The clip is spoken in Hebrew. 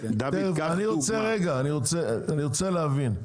אני רוצה להבין,